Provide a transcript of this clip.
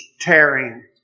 tearing